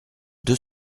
deux